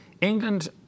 England